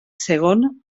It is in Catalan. segon